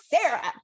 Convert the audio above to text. Sarah